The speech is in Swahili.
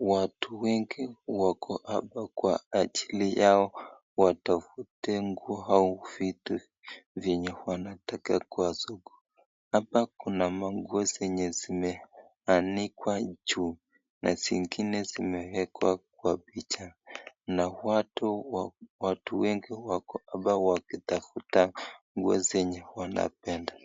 watu wengi wako hapa kwa hajili yao watafute nguo au vitu vyenye wanataka kwa soko. Hapa kuna manguo zenye zimeanikwa juu na zingine zimewekwa kwa picha na watu wengi wako hapa wakitafuta nguo zinye wanapenda.